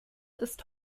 ist